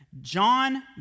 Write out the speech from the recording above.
John